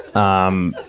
on